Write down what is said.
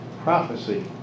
prophecy